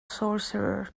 sorcerer